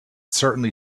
certainly